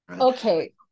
Okay